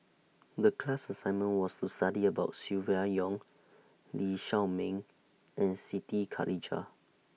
The class assignment was to study about Silvia Yong Lee Shao Meng and Siti Khalijah